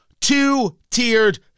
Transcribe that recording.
Two-tiered